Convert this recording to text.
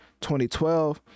2012